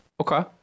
okay